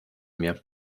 mir